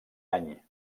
any